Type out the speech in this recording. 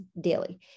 daily